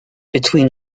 between